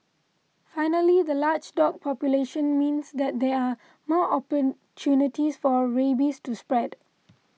finally the large dog population means that there are more opportunities for rabies to spread